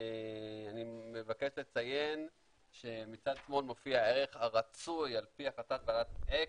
אני מבקש לציין שמצד שמאל מופיע הערך הרצוי על פי החלטת ועדת אקשטיין,